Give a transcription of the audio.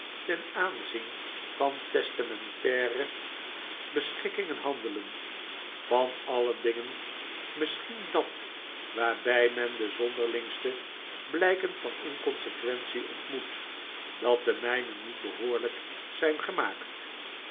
ten aanzien van testamentaire beschikkingen handelen van alle dingen misschien dat waarbij men de zonderlingste blijken van inconsequentie ontmoet dat de mijne niet behoorlijk zijn gemaakt